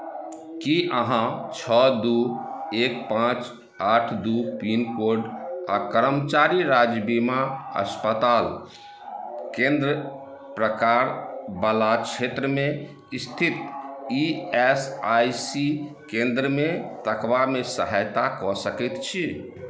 की अहाँ छओ दू एक पाँच आठ दू पिनकोड आ कर्मचारी राज्य बीमा अस्पताल केन्द्र प्रकारवला क्षेत्रमे स्थित ई एस आइ सी केन्द्रमे तकबामे सहायता कऽ सकैत छी